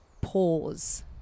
pause